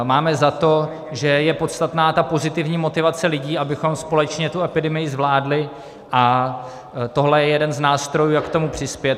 Máme za to, že je podstatná pozitivní motivace lidí, abychom společně tu epidemii zvládli, a tohle je jeden z nástrojů, jak k tomu přispět.